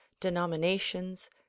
denominations